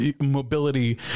mobility